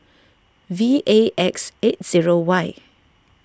V A X eight zero Y